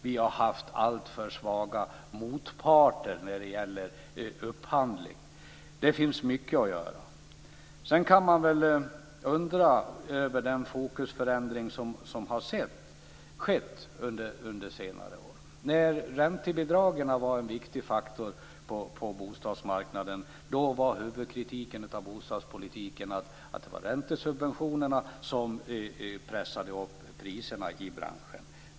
Vi har haft alltför svaga motparter när det gäller upphandlingen. Det finns mycket att göra. Man kan undra över den förändring i fokus som har skett under senare år. När räntebidragen var en viktig faktor på bostadsmarknaden var huvudkritiken av bostadspolitiken att det var räntesubventionerna som pressade upp priserna i branschen.